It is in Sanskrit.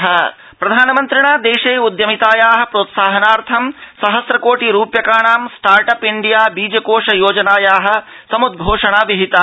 प्रम स्टार्टअपबीजकोषयोजना प्रधानमन्त्रिणा देशे उद्यमितायाः प्रोत्साहनार्थं सहस्र कोटि रूप्यकाणां स्टार्ट अप इण्डिया बीजकोष योजनायाः समुद्वोषणा विहिता